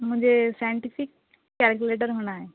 مجھے scientific calculator ہونا ہے